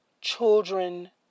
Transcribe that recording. children